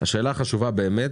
השאלה החשובה באמת,